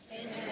Amen